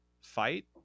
fight